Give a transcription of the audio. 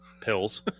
pills